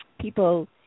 people